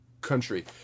country